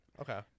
Okay